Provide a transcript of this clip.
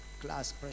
class